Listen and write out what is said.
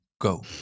go